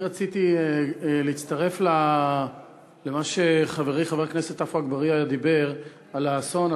אני רציתי להצטרף למה שחברי חבר הכנסת עפו אגבאריה אמר על האסון,